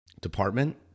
department